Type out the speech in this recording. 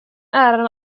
äran